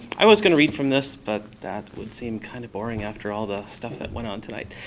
i was going to read from this, but that would seem kind of boring after all the stuff that went on tonight.